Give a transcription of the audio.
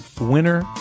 winner